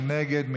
מי נגד?